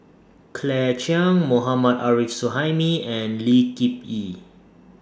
Claire Chiang Mohammad Arif Suhaimi and Lee Kip Yee